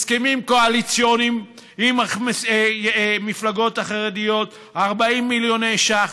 הסכמים קואליציוניים עם המפלגות החרדיות: 40 מיליוני ש"ח.